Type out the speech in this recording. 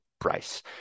price